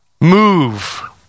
move